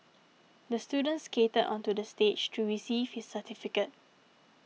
the student skated onto the stage to receive his certificate